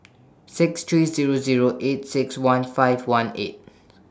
six three Zero Zero eight six one five one eight